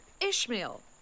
Ishmael